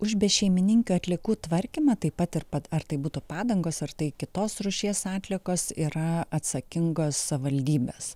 už bešeimininkių atliekų tvarkymą taip pat ir pat ar tai būtų padangos ar tai kitos rūšies atliekos yra atsakingos savivaldybės